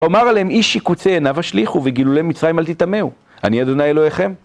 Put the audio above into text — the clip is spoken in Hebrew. ואמר אלהם איש שקוצי עיניו השליכו ובגלולי מצרים אל תטמאו אני אדוני אלהיכם